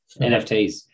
NFTs